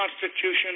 Constitution